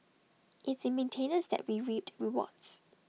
it's in maintenance that we reap rewards